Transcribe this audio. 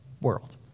world